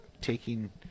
taking